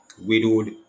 widowed